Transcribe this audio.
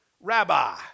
Rabbi